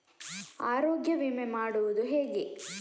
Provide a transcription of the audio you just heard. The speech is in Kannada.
ಆರೋಗ್ಯ ವಿಮೆ ಮಾಡುವುದು ಹೇಗೆ?